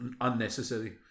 Unnecessary